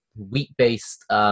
Wheat-based